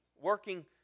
working